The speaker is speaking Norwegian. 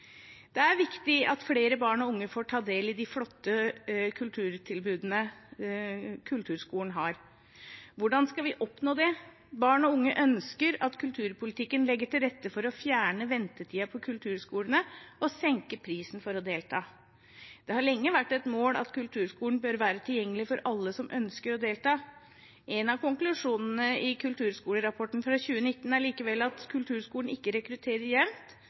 Det er viktig at flere barn og unge får ta del i de flotte tilbudene kulturskolen har. Hvordan skal vi oppnå det? Barn og unge ønsker at kulturpolitikken legger til rette for å fjerne ventetiden på kulturskolene og senke prisen for å delta. Det har lenge vært et mål at kulturskolen bør være tilgjengelig for alle som ønsker å delta. En av konklusjonene i kulturskolerapporten fra 2019 er likevel at kulturskolen ikke rekrutterer jevnt